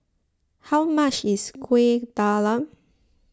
how much is Kueh Talam